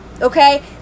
Okay